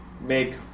make